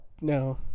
no